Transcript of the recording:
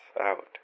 out